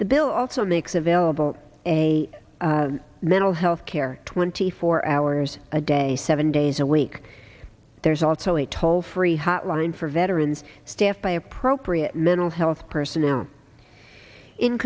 the bill also makes available a mental health care twenty four hours a day seven days a week there's also a toll free hotline for veterans staffed by appropriate mental health personnel in